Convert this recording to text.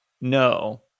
no